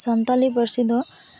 ᱥᱟᱱᱛᱟᱲᱤ ᱯᱟᱹᱨᱥᱤ ᱫᱚ